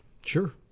Sure